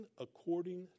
according